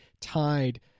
tied